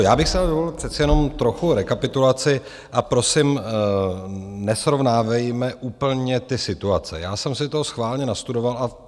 Já bych si ale dovolil přece jenom trochu rekapitulaci, a prosím, nesrovnávejme úplně ty situace, já jsem si to schválně nastudoval.